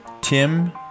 Tim